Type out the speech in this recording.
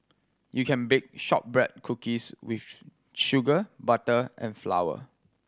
you can bake shortbread cookies with sugar butter and flour